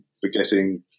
forgetting